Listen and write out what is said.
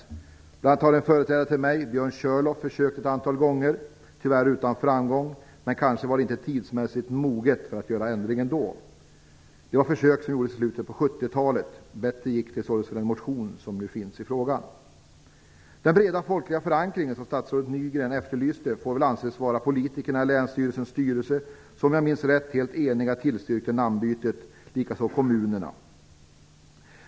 Bl.a. har en företrädare till mig, Björn Körlof, försökt ett antal gånger, tyvärr utan framgång. Men då var kanske inte tiden mogen för att göra ändringen. Det var ett försök som gjordes i slutet av 70-talet. Bättre gick det således med den motion som nu finns i frågan. Den breda folkliga förankringen, som statsrådet Nygren efterlyste, får väl anses vara politikerna i länsstyrelsens styrelse som, om jag minns rätt, helt enigt tillstyrkte namnbytet. Det gjorde även kommunerna.